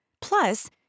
Plus